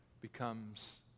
becomes